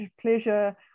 pleasure